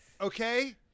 Okay